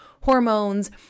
hormones